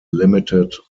limited